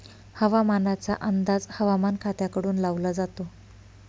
हवामानाचा अंदाज हवामान खात्याकडून लावला जातो